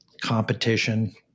competition